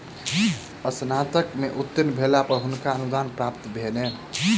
स्नातक में उत्तीर्ण भेला पर हुनका अनुदान प्राप्त भेलैन